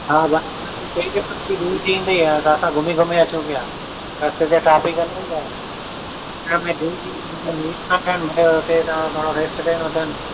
असां घुमी घुमी अचूं पिया रस्ते ते ट्राफ़िक इलाही आहे अचण में देरि थींदी हुते तव्हां थोरो घणो रेस्ट कयो